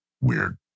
weird